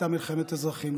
הייתה מלחמת אזרחים.